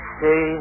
say